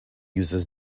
uses